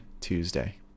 Tuesday